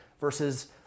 Versus